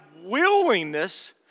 willingness